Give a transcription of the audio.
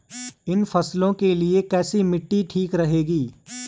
इन फसलों के लिए कैसी मिट्टी ठीक रहेगी?